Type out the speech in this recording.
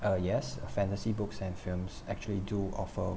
uh yes fantasy books and films actually do offer